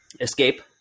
escape